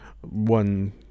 one